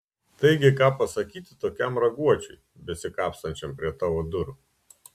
taigi ką pasakyti tokiam raguočiui besikapstančiam prie tavo durų